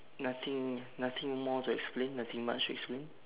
nothing nothing more to explain nothing much to explain